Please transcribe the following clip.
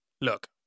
Look